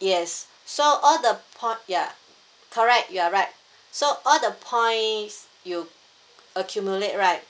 yes so all the point ya correct you're right so all the points you accumulate right